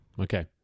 Okay